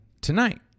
tonight